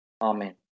Amen